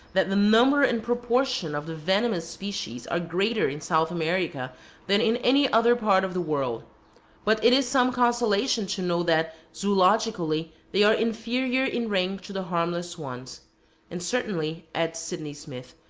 that the number and proportion of the venomous species are greater in south america than in any other part of the world but it is some consolation to know that, zoologically, they are inferior in rank to the harmless ones and certainly, adds sidney smith,